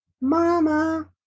Mama